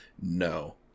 no